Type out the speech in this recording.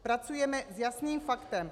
Pracujeme s jasným faktem.